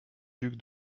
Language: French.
duc